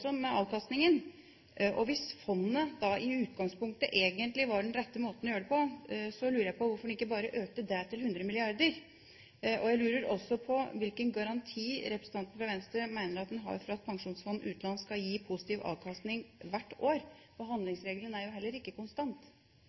avkastningen. Så hvis fondet da i utgangspunktet egentlig var den rette måten å gjøre det på, lurer jeg på hvorfor man ikke bare økte det til 100 mrd. kr. Jeg lurer også på hvilken garanti representanten fra Venstre mener en har for at Statens pensjonsfond utland skal gi positiv avkastning hvert år – for handlingsregelen er jo heller ikke konstant.